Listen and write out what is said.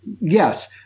yes